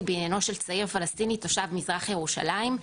בעניינו של צעיר פלסטיני תושב מזרח ירושלים,